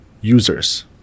users